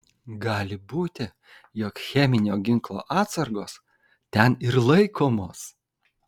gali būti jog cheminio ginklo atsargos ten ir laikomos